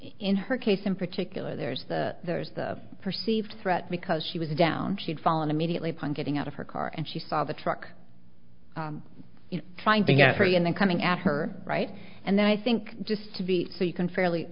in her case in particular there's the there's the perceived threat because she was down she'd fallen immediately upon getting out of her car and she saw the truck trying to get pretty and then coming at her right and then i think just to be so you can fairly